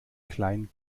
kleinen